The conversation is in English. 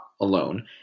alone